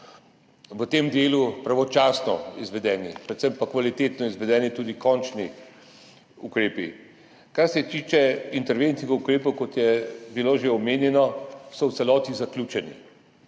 v tem delu pravočasno, predvsem pa kvalitetno izvedeni tudi končni ukrepi. Kar se tiče interventnih ukrepov, kot je bilo že omenjeno, so v celoti zaključeni,